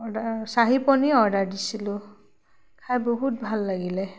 order shahi paneer order দিছিলোঁ খাই বহুত ভাল লাগিলে